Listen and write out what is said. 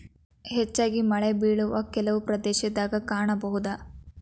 ಹೆಚ್ಚಾಗಿ ಮಳೆಬಿಳುವ ಕೆಲವು ಪ್ರದೇಶದಾಗ ಕಾಣಬಹುದ